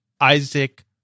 Isaac